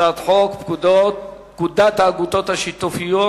הצעת חוק לתיקון פקודת האגודות השיתופיות